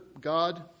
God